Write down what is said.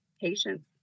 patience